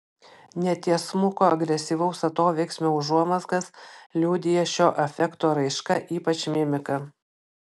netiesmuko agresyvaus atoveiksmio užuomazgas liudija šio afekto raiška ypač mimika